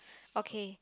okay